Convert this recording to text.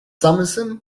summerson